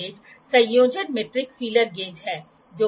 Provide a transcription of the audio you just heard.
चर्चा का अगला विषय ऑटोकोलिमेटर होने वाला है